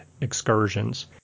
excursions